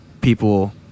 people